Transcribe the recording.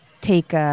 take